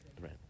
Right